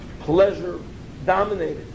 pleasure-dominated